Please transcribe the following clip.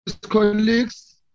colleagues